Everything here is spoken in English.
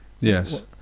Yes